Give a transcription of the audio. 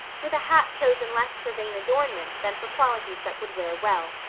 with a hat chosen less for vain adornment than for qualities that would wear well.